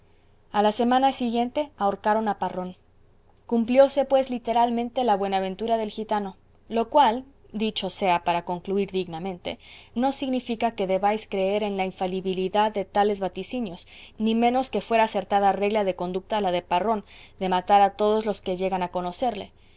a la semana siguiente ahorcaron a parrón cumplióse pues literalmente la buenaventura del gitano lo cual dicho sea para concluir dignamente no significa que debáis creer en la infalibilidad de tales vaticinios ni menos que fuera acertada regla de conducta la de parrón de matar a todos los que llegaban a conocerle